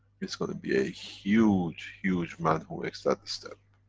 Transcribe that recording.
it's gonna be a huge, huge man who makes that step.